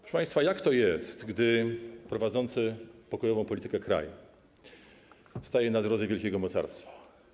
Proszę państwa, jak to jest, gdy prowadzący pokojową politykę kraj staje na drodze wielkiego mocarstwa?